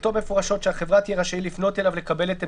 לכתוב במפורש שהחברה תהיה רשאית לפנות אליו כדי לקבל את עמדתו.